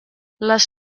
les